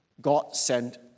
God-sent